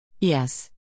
Yes